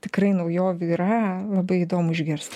tikrai naujovių yra labai įdomu išgirst